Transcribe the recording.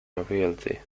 nobility